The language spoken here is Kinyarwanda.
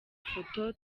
ifoto